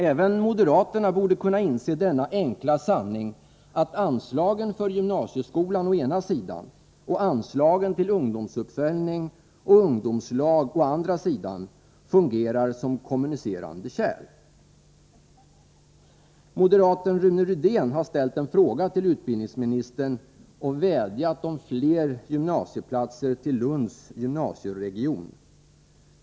Även moderaterna borde kunna inse denna enkla sanning att anslagen till gymnasieskolan å ena sidan och anslagen till ungdomsuppföljning och ungdomslag å andra sidan fungerar såsom kommunicerande kärl. Moderaten Rune Rydén har ställt en fråga till utbildningsministern och vädjat om flera gymnasieplatser till Lunds gymnasieregion.